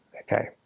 Okay